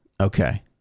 Okay